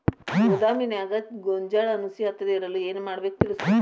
ಗೋದಾಮಿನ್ಯಾಗ ಗೋಂಜಾಳ ನುಸಿ ಹತ್ತದೇ ಇರಲು ಏನು ಮಾಡಬೇಕು ತಿಳಸ್ರಿ